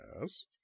Yes